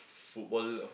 football